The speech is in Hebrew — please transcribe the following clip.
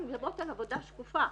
אנחנו מדברות על עבודה שקופה,